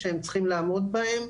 שהם צריכים לעמוד בהם,